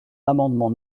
l’amendement